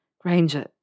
Granger